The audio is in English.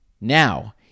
Now